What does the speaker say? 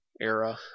era